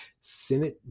Senate